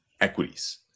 equities